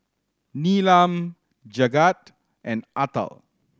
Neelam Jagat and Atal